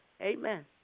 Amen